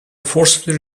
forcibly